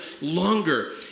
longer